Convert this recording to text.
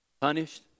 Punished